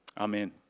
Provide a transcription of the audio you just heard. Amen